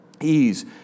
Ease